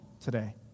today